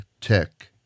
tech